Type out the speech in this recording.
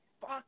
fuck